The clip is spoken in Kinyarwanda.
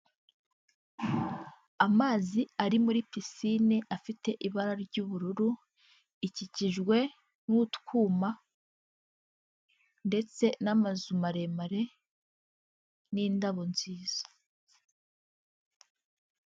Amazi ari muri pisine afite ibara ry'ubururu, ikikijwe n'utwuma ndetse n'amazu maremare n'indabo nziza.